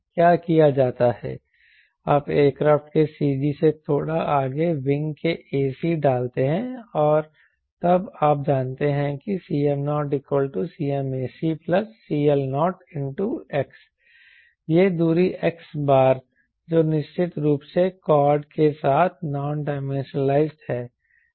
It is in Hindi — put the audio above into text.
क्या किया जाता है आप एयरक्राफ्ट के CG से थोड़ा आगे विंग के ac डालते हैं और तब आप जानते हैं कि Cm0CmacCLOx यह दूरी x बार जो निश्चित रूप से कॉर्ड के साथ नॉन डाइमेंशनलाइज्ड है